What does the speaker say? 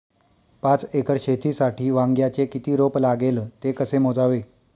पाच एकर शेतीसाठी वांग्याचे किती रोप लागेल? ते कसे मोजावे?